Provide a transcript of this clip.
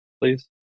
please